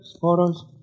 photos